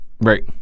Right